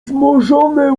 wzmożone